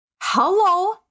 hello